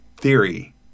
theory